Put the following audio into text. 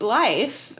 life